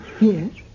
Yes